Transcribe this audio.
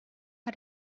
how